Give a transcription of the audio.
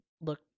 look